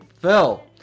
Phil